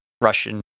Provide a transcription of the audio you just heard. Russian